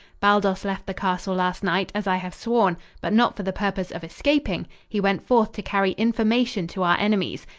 baldos left the castle last night, as i have sworn, but not for the purpose of escaping. he went forth to carry information to our enemies.